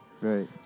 Right